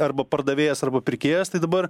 arba pardavėjas arba pirkėjas tai dabar